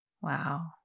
wow